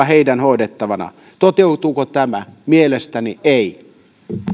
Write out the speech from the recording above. heidän hoidettavanaan toteutuuko tämä mielestäni ei